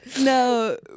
no